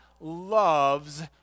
loves